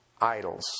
idols